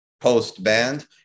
post-band